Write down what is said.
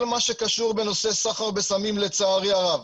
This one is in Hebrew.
כל מה שקשור בנושא סחר בסמים לצערי הרב,